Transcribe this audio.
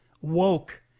woke